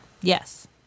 yes